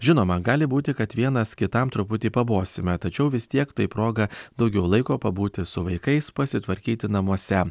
žinoma gali būti kad vienas kitam truputį pabosime tačiau vis tiek tai proga daugiau laiko pabūti su vaikais pasitvarkyti namuose